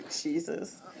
Jesus